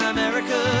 America